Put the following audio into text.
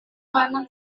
mana